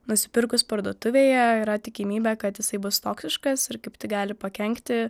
nusipirkus parduotuvėje yra tikimybė kad jisai bus toksiškas ir kaip tik gali pakenkti